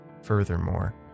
Furthermore